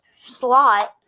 slot